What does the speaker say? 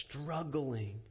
struggling